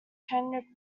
henrik